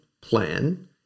plan